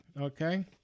okay